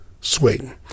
swing